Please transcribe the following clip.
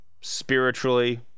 spiritually